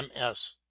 ms